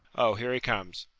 o, here he comes.